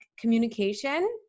communication